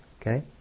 okay